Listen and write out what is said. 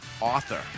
author